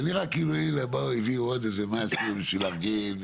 הנה בואי הביאו עוד איזה משהו בשביל להרגיל,